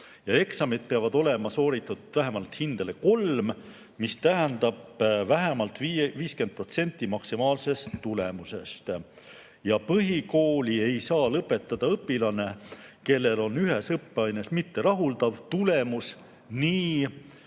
Eksamid peavad olema sooritatud vähemalt hindele kolm, mis tähendab vähemalt 50% maksimaalsest tulemusest. Põhikooli ei saa lõpetada õpilane, kellel on ühes õppeaines mitterahuldav tulemus nii